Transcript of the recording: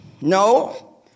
No